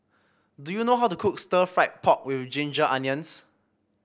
do you know how to cook Stir Fried Pork with Ginger Onions